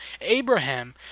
Abraham